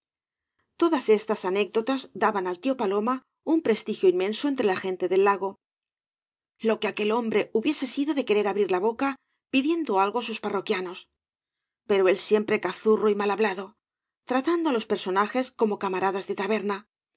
todas estas anécdotas daban al tío paloma un prestigio inmenso entre la gente del lago lo que aquel hombre hubiese sido de querer abrir la boca pidiendo algo á sus parroquianos pero él siempre cazurro y malhablado tratando á los personajes como camaradas de taberna